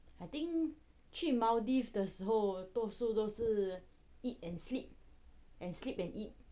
I think 去 maldives 的时候多数都是 eat and sleep and sleep and eat